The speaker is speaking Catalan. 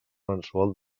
mensual